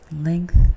length